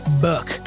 book